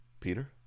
peter